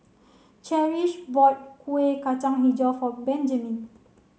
Cherish bought Kueh Kacang Hijau for Benjiman